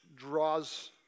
draws